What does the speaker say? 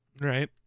Right